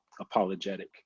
apologetic